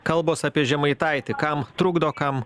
kalbos apie žemaitaitį kam trukdo kam